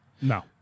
No